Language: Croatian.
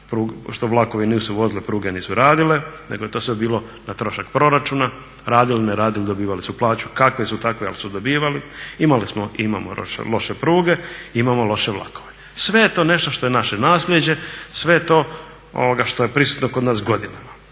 što vlakovi nisu vozili, pruge nisu radile nego je to sve bilo na trošak proračuna. Radili ne radili dobivali su plaću, kakve su takve, ali su dobivali. Imali smo i imamo loše pruge, imamo loše vlakove. Sve je to nešto što je naše nasljeđe, sve je to što je prisutno kod nas godinama.